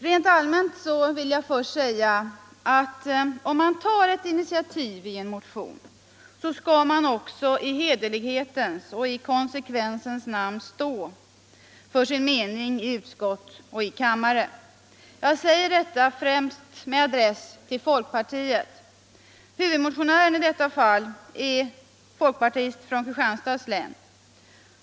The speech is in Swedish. Rent allmänt vill jag först säga att om man tar ett initiativ i en motion, skall man också i hederlighetens och konsekvensens namn stå för sin mening i utskott och kammare. Jag säger detta främst med adress till folkpartiet. Huvudmotionären i detta fall är en folkpartist från Kristianstads län.